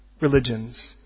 religions